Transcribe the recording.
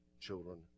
children